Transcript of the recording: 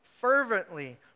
fervently